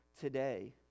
today